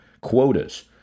quotas